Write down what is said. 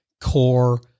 Core